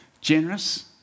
generous